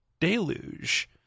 deluge